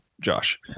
Josh